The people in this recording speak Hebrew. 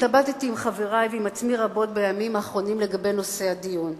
התלבטתי רבות עם חברי ועם עצמי בימים האחרונים לגבי נושא הדיון,